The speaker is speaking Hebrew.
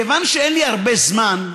כיוון שאין לי הרבה זמן,